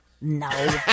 No